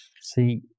See